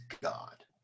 God